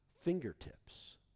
fingertips